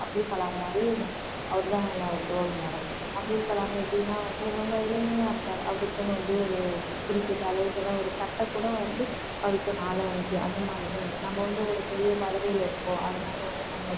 அப்துல்கலாம் மாதிரி நான் அவர் தான் என்னோட ரோல் மாடல் அப்துல்கலாம் எப்படின்னா வந்து ரொம்ப எளிமையாக இருந்தார் அவருக்குன்னு வந்து ஒரு குறிப்பிட்ட அளவுக்கு தான் ஒரு சட்டை கூட வந்து அவருகிட்ட நாலு அஞ்சி அந்த மாரி தான் இருந்துது நம்ப வந்து ஒரு பெரிய பதவியில் இருக்கோம் அதனால் வந்து நம்ப